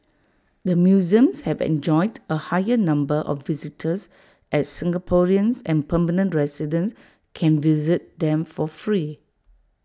the museums have enjoyed A higher number of visitors as Singaporeans and permanent residents can visit them for free